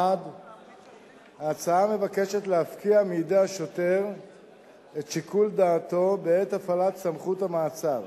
1. ההצעה מבקשת להפקיע מידי השוטר את שיקול דעתו בעת הפעלת סמכות המעצר.